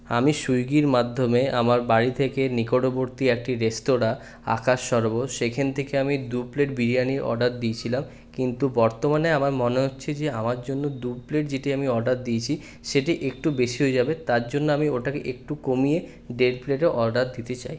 আমি সুইগির মাধ্যমে আমার বাড়ি থেকে নিকটবর্তী একটি রেস্তরাঁ আকাশস্বর্গ সেইখান থেকে আমি দু প্লেট বিরিয়ানি অর্ডার দিয়েছিলাম কিন্তু বর্তমানে আমার মনে হচ্ছে যে আমার জন্য দু প্লেট যেটি আমি অর্ডার দিয়েছি সেটি একটু বেশি হয়ে যাবে তার জন্য আমি ওটাকে একটু কমিয়ে দেড় প্লেটে অর্ডার করতে চাই